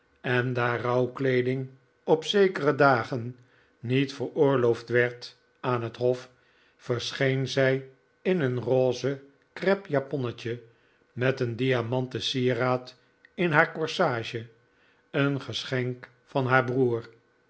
en daar rouwkleeding op zekere dagen niet veroorloofd werd aan het hof verscheen zij in een rose crepe japonnetje met een diamanten sieraad in haar corsage een geschenk van haar broer